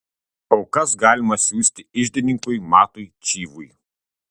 aukas galima siųsti iždininkui matui čyvui